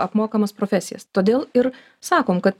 apmokamas profesijas todėl ir sakom kad